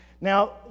Now